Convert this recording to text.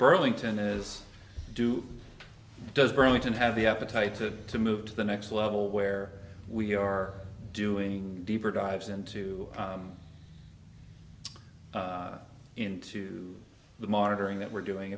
burlington is do does burlington have the appetite to to move to the next level where we are doing deeper dives into into the monitoring that we're doing